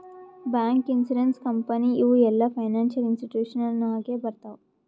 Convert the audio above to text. bank, insurance company ಇವು ಎಲ್ಲಾ financial institution ನಾಗೆ ಬರ್ತಾವ್